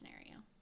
scenario